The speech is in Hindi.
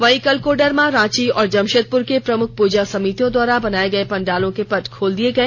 वहीं कल कोडरमा रांची और जमशेदपुर के प्रमुख पूजा समितियों द्वारा बनाये गए पंडालों के पट खोल दिये गए